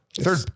Third